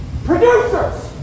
PRODUCERS